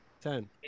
Ten